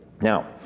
Now